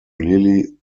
lily